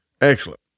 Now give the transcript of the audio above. Excellent